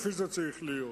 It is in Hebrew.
כפי שזה צריך להיות.